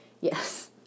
Yes